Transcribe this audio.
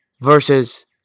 versus